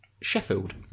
Sheffield